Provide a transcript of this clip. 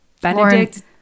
Benedict